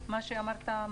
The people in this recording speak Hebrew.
מה שאמרת,